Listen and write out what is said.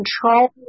control